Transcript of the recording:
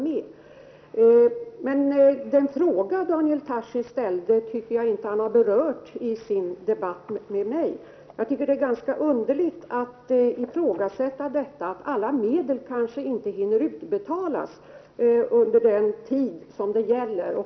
Men den fråga som Daniel Tarschys ställde tycker jag inte att han har berört i sin debatt med mig. Jag tycker att det är ganska underligt att han ifrågasätter att alla medel kanske inte hinner utbetalas under den tid som det gäller.